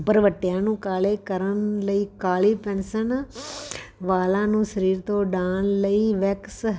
ਭਰਵੱਟਿਆਂ ਨੂੰ ਕਾਲੇ ਕਰਨ ਲਈ ਕਾਲੀ ਪੈਨਸਲ ਵਾਲਾਂ ਨੂੰ ਸਰੀਰ ਤੋਂ ਉਡਾਉਣ ਲਈ ਵੈਕਸ